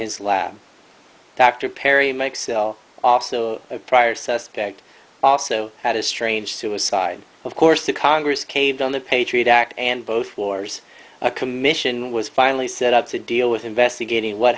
his lab dr perry make sell off a prior suspect also had a strange suicide of course the congress caved on the patriot act and both wars a commission was finally set up to deal with investigating what